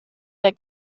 der